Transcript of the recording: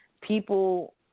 People